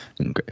Okay